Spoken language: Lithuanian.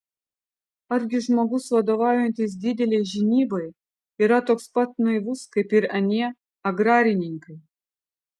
argi žmogus vadovaujantis didelei žinybai yra toks pat naivus kaip ir anie agrarininkai